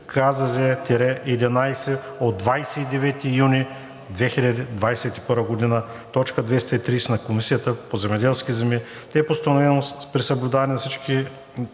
КЗЗ – 11 от 29 юни 2021 г., т. 230 на Комисията за земеделските земи, е постановено при съблюдаване на всички